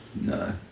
No